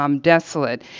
Desolate